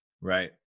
Right